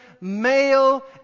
male